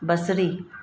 बसरी